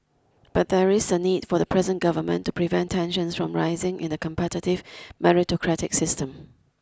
but there is a need for the present government to prevent tensions from rising in the competitive meritocratic system